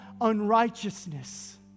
unrighteousness